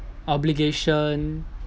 obligation